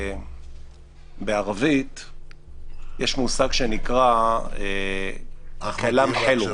בערבית יש מושג שנקרא כאלם חילו,